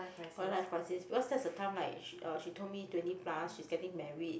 quarter life crisis because that's the time like she uh she told me twenty plus she's getting married